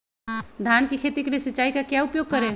धान की खेती के लिए सिंचाई का क्या उपयोग करें?